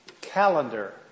calendar